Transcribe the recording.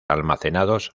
almacenados